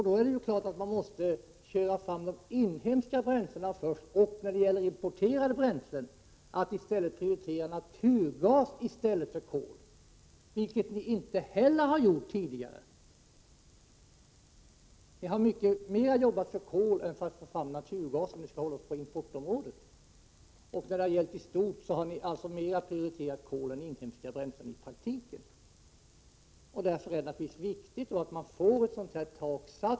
Det är vidare klart att man måste köra fram inhemska bränslen i första hand, och när det gäller importerade bränslen prioritera naturgas i stället för kol. Inte heller det har ni gjort tidigare. Ni har jobbat mycket mera för kol än för naturgas när det gäller importerade bränslen, och ni har mera prioriterat kol än inhemska bränslen i praktiken. Därför är det viktigt att sätta ett tak.